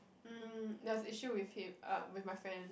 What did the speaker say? mm there was issue with him uh with my friend